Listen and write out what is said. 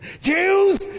Jews